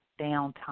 downtime